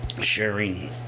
sharing